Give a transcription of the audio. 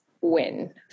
win